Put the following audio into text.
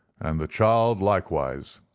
and the child likewise.